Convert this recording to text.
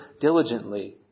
diligently